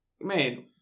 man